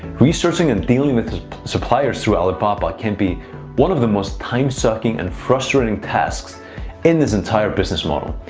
researching and dealing with suppliers through alibaba can be one of the most time-sucking and frustrating tasks in this entire business model.